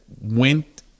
went